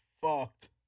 fucked